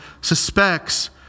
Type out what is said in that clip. suspects